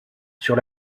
sur